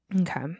Okay